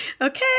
okay